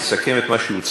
הוא יסכם את מה שהוא צריך.